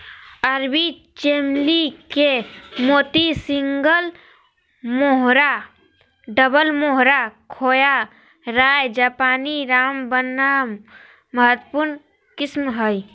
अरबी चमेली के मोतिया, सिंगल मोहोरा, डबल मोहोरा, खोया, राय जापानी, रामबनम महत्वपूर्ण किस्म हइ